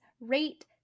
rate